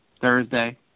Thursday